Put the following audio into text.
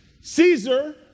Caesar